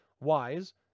wise